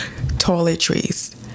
toiletries